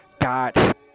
got